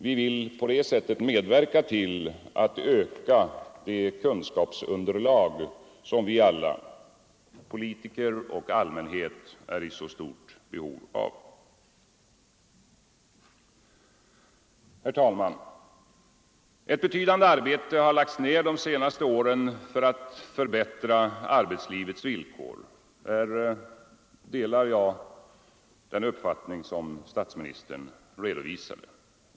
Vi vill på det sättet medverka till att öka det kunskapsunderlag som vi alla — politiker och allmänhet — är i så stort behov av. Herr talman! Ett betydande arbete har lagts ned de senaste åren på att förbättra arbetslivets villkor. Här delar jag den uppfattning som statsministern redovisade.